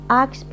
ask